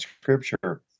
scripture